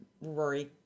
rory